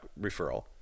referral